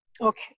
Okay